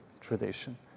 tradition